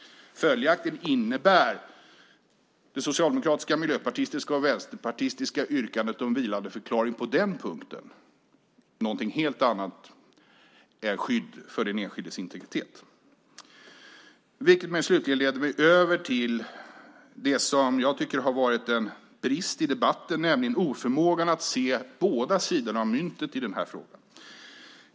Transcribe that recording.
Följaktligen innebär det socialdemokratiska, miljöpartistiska och vänsterpartistiska yrkandet om vilandeförklaring på den punkten någonting helt annat än skydd för den enskildes integritet. Detta leder mig slutligen över till det som jag tycker har varit en brist i debatten, nämligen oförmågan att se båda sidorna av myntet i denna fråga.